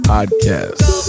Podcast